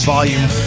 Volume